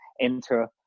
enter